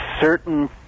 certain